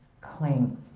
claim